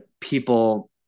people